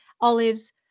olives